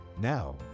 now